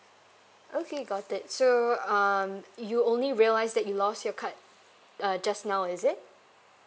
okay got it so um you only realised that you lost your card uh just now is it